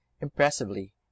impressively